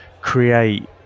create